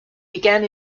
began